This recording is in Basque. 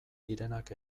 direnak